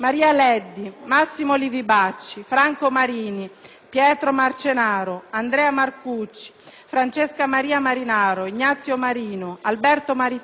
Pietro Marcenaro, Andrea Marcucci, Francesca Maria Marinaro, Ignazio Marino, Alberto Maritati, Daniela Mazzuconi, Rita Levi-Montalcini,